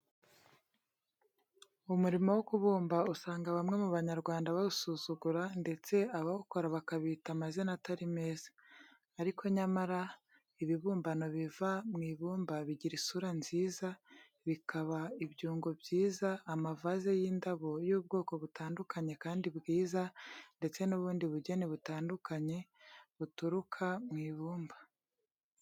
Umurimo wo kubumba usanga bamwe mu Banyarwanda bawusuzugura ndetse abawukora bakabita amazina atari meza. Ariko nyamara ibibumbano biva mu ibumba bigira isura nziza, bikaba ibyungo byiza, amavaze y’indabo y’ubwoko butandukanye kandi bwiza ndetse n’ubundi bugeni butandukanye buturuka mu ibumba.